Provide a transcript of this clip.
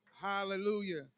Hallelujah